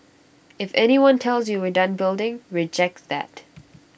if anyone tells you we're done building reject that